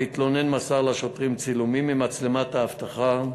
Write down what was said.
המתלונן מסר לשוטרים צילומים ממצלמת האבטחה,